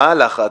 מה הלחץ?